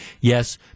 Yes